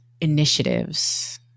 initiatives